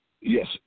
yes